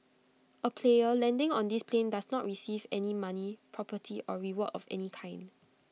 A player landing on this plane does not receive any money property or reward of any kind